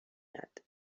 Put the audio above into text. یاد